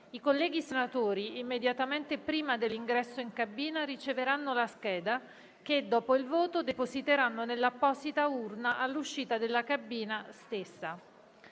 I colleghi senatori, immediatamente prima dell'ingresso in cabina, riceveranno dagli assistenti parlamentari la scheda che, dopo il voto, depositeranno nell'apposita urna all'uscita della cabina stessa.